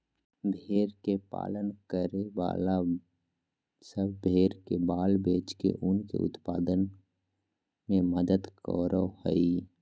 भेड़ के पालन करे वाला सब भेड़ के बाल बेच के ऊन के उत्पादन में मदद करो हई